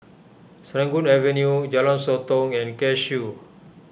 Serangoon Avenue Jalan Sotong and Cashew